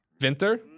Winter